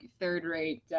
third-rate